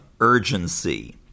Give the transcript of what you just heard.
urgency